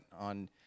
on